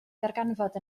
ddarganfod